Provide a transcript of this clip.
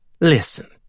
Listen